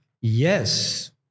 Yes